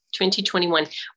2021